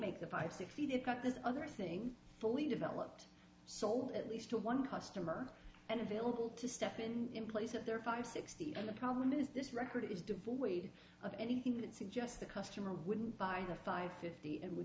make the five sixty they've got this other thing fully developed sold at least to one customer and available to step in place of their five sixty and the problem is this record is devoid of anything that suggests the customer wouldn't buy the five fifty and w